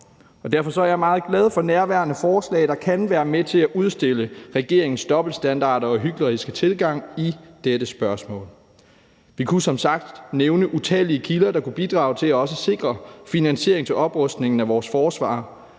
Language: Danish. Derfor er jeg meget glad for nærværende forslag, der kan være med til at udstille regeringens dobbeltstandarder og hykleriske tilgang i dette spørgsmål. Vi kunne som sagt nævne utallige kilder, der kunne bidrage til også at sikre finansiering til oprustningen af vores forsvar,